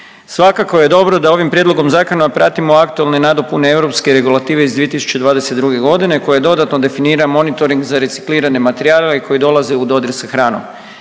Svakako je dobro da ovim prijedlogom zakona pratimo aktualne nadopune europske regulative iz 2022.g. koje dodatno definira Monitoring za reciklirane materijale koji dolaze u dodir sa hranom.